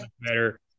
better